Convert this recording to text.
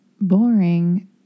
boring